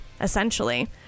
essentially